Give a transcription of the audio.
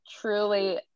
truly